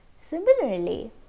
Similarly